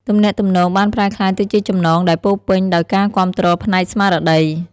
ទំនាក់ទំនងបានប្រែក្លាយទៅជាចំណងដែលពោរពេញដោយការគាំទ្រផ្នែកស្មារតី។